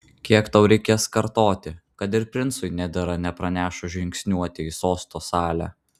kiek tau reikės kartoti kad ir princui nedera nepranešus žingsniuoti į sosto salę